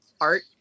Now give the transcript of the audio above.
art